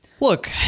Look